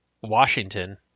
Washington